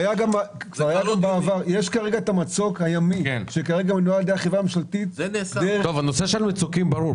כרגע יש את המצוק הימי --- הנושא של המצוק הימי ברור,